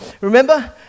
Remember